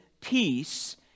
peace